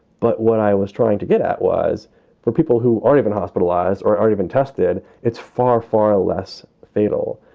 but what i was trying to get at was for people who aren't even hospitalized or already been tested. it's far, far less fatal.